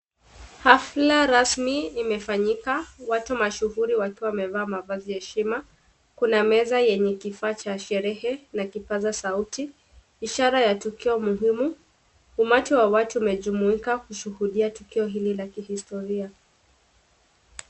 Hafla rasmi imefanyika. Watu mashuhuri wakiwa wamevaa mavazi ya heshima. Kuna meza yenye kifaa cha sherehe na kipaza sauti ishara ya tukio muhimu. Umati wa watu umejumuika kushuhudia tukio hili la kihistoria.